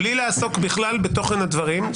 בלי לעסוק בכלל בתוכן הדברים,